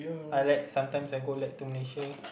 I like sometimes I go like to Malaysia